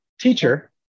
teacher